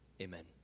Amen